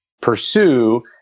pursue